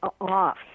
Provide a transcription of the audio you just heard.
off